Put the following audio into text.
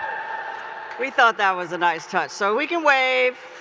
we thought that was a nice touch. so, we can wave.